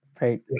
right